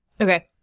Okay